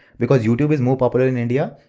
because youtube is more popular in india.